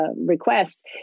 request